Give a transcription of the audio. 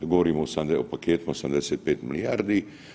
Govorim o paketima 75 milijardi.